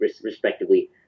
respectively